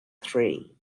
three